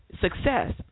success